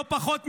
לא פחות מזה.